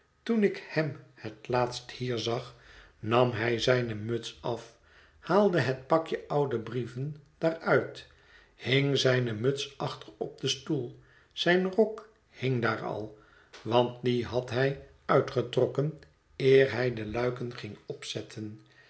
toen ik hem het laatst hier zag nam hij zijne muts af haalde het pakje oude brieven daaruit hing zijne muts achter op den stoel zijn rok hing daar al want dien had hij uitgetrokken eer hij de luiken ging opzetten